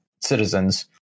citizens